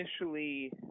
initially